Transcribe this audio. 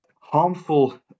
Harmful